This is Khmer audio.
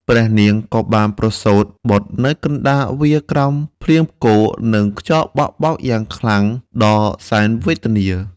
ព្រះនាងក៏បានប្រសូត្របុត្រនៅកណ្ដាលវាលក្រោមភ្លៀងផ្គរ និងខ្យល់បោកបក់យ៉ាងខ្លាំងដ៏សែនវេទនា។